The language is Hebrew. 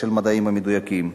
של המדעים המדויקים.